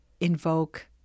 invoke